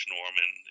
Norman